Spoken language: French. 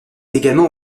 également